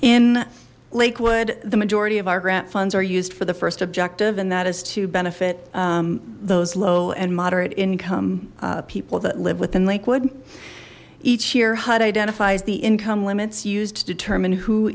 in lakewood the majority of our grant funds are used for the first objective and that is to benefit those low and moderate income people that live within lakewood each year hud identifies the income limits used to determine who